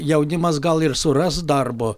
jaunimas gal ir suras darbo